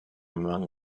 among